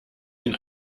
den